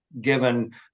given